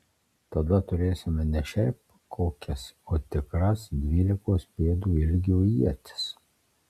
tada turėsime ne šiaip kokias o tikras dvylikos pėdų ilgio ietis